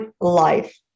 life